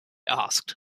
asked